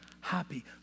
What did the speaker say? happy